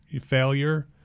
failure